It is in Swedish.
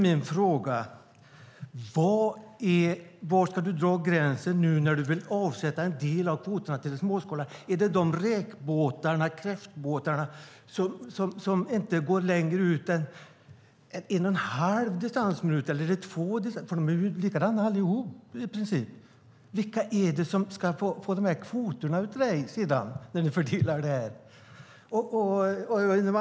Men var ska du dra gränsen, nu när du vill avsätta en del av kvoterna till det småskaliga fisket? Gäller det de räkbåtar och kräftbåtar som inte går längre ut än en och en halv distansminut, eller är det vid två distansminuter gränsen ska gå? De är i princip likadana allihop. Vilka är det som ska få de här kvoterna när ni fördelar dem?